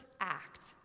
act